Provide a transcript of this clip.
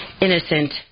innocent